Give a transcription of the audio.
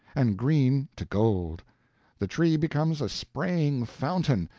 and green to gold the tree becomes a spraying fountain,